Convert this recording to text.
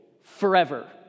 forever